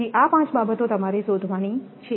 તેથી આ પાંચ બાબતો તમારે શોધવાની છે